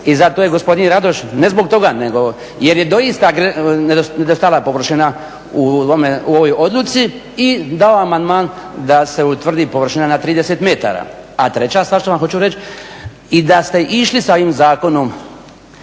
i zato je gospodin Radoš, ne zbog toga jer je doista nedostajala površina u ovoj odluci i dao amandman da se utvrdi površina na 30 metara. A treća stvar što vam hoću reći i da ste išli sa ovim zakonom